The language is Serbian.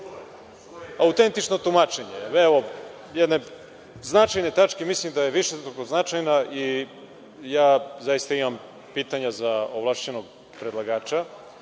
neistina. Autentično tumačenje, evo jedne značajne tačke, mislim da je više nego značajna i zaista imam pitanja za ovlašćenog predlagača.